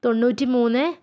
തൊണ്ണൂറ്റി മൂന്ന്